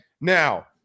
Now